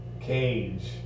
cage